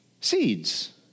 Seeds